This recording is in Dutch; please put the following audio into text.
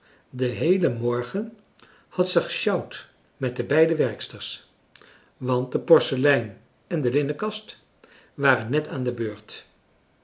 den heelen morgen had ze gesjouwd met de beide werksters want de porselein en de linnenkast waren net aan de beurt